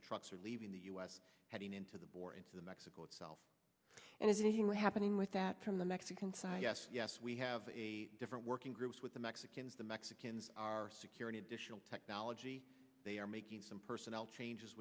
the trucks are leaving the u s heading into the border into mexico itself and is anything happening with that term the mexican side yes yes we have a different working groups with the mexicans the mexicans are security additional technology they are making some personnel changes